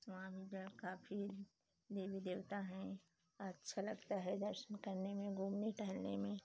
वहाँ भी जो है काफी देवी देवता हैं अच्छा लगता है दर्शन करने में घूमने टहलने में